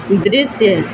दृश्य